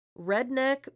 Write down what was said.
redneck